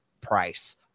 price